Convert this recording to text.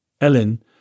Ellen